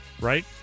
right